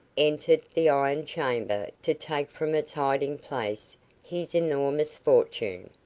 entered the iron chamber to take from its hiding place his enormous fortune.